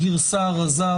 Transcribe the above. זה לא רק כן סעיף מטרה,